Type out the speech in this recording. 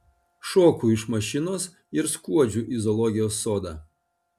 šoku iš mašinos ir skuodžiu į zoologijos sodą